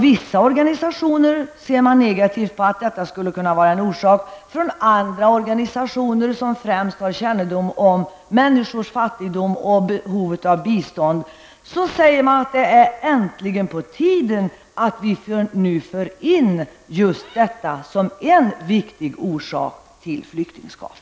Vissa organisationer ser negativt på fattigdom som grund för flyktingskap, medan andra organisationer, som har kunskaper om människors fattigdom och behovet av bistånd, säger att det är på tiden att vi för in just begreppet fattigdom som en viktig orsak till flyktingskap.